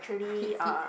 keep fit